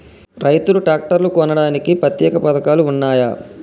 రైతులు ట్రాక్టర్లు కొనడానికి ప్రత్యేక పథకాలు ఉన్నయా?